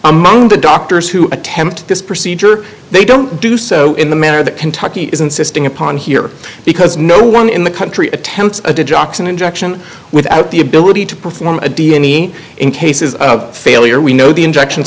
among the doctors who attempt this procedure they don't do so in the manner that kentucky is insisting upon here because no one in the country attempts and injection without the ability to perform a d n e in cases of failure we know the injections